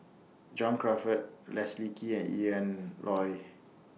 John Crawfurd Leslie Kee and Ian Loy